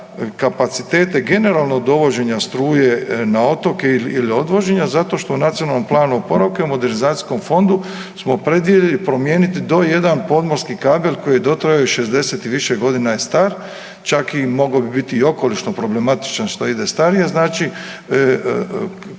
kapacitete generalnog dovođenja struje na otoke ili odvođenje zato što u nacionalnom planu oporavka i modernizacijskom fondu smo predvidjeli promijeniti do jedan podmorski kabel koji je dotrajao i 60 i više godina je star čak i moglo bi biti okolišno problematično što ide starije. Znači